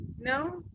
no